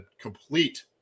complete